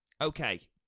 Okay